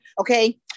okay